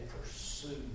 pursue